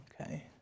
okay